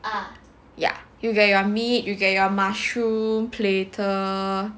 ya you get your meat you get your mushroom platter